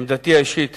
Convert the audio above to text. עמדתי האישית